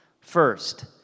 First